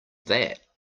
that